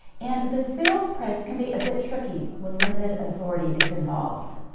and the sales price can be a bit tricky when limited authority is involved.